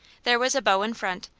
there was a bow in front,